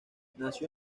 nació